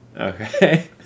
Okay